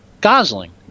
Gosling